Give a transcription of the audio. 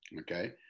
okay